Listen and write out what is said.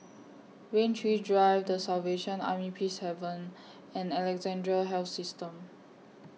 Rain Tree Drive The Salvation Army Peacehaven and Alexandra Health System